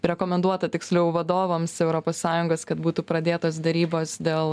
rekomenduota tiksliau vadovams europos sąjungos kad būtų pradėtos derybos dėl